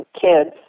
kids